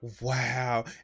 Wow